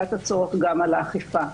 ובמידת הצורך גם על האכיפה.